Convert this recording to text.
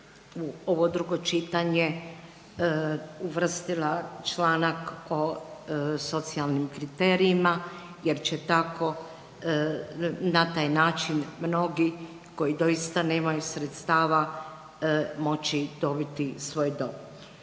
ovo drugo čitanje uvrstila članak o socijalnim kriterijima jer će tako na taj način mnogi koji doista nemaju sredstava moći dobiti svoj dom.